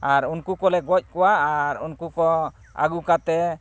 ᱟᱨ ᱩᱱᱠᱩ ᱠᱚᱞᱮ ᱜᱚᱡ ᱠᱚᱣᱟ ᱟᱨ ᱩᱱᱠᱩ ᱟᱹᱜᱩ ᱠᱟᱛᱮᱫ